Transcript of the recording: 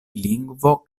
lingvo